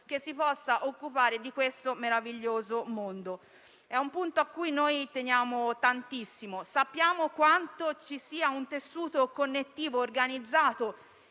che si possa occupare di questo meraviglioso mondo. È un punto al quale teniamo tantissimo. Sappiamo quanto nel Paese vi sia un tessuto connettivo organizzato